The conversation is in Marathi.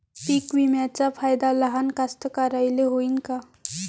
पीक विम्याचा फायदा लहान कास्तकाराइले होईन का?